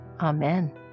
Amen